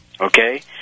okay